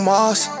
Mars